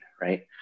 right